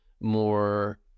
more